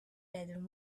bedroom